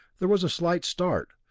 there was a slight start,